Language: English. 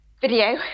Video